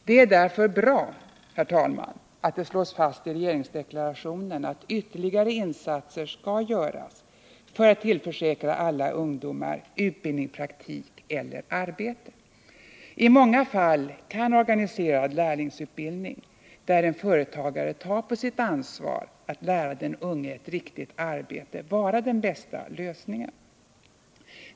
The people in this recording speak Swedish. Det är därför bra att det slås fast i regeringsdeklarationen att ytterligare insatser skall göras för att tillförsäkra alla ungdomar utbildning, praktik eller arbete. I många fall kan organiserad lärlingsutbildning, där en företagare tar på sitt ansvar att lära den unge ett riktigt arbete, vara den bästa lösningen.